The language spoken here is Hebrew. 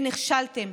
נכשלתם.